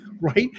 right